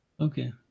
Okay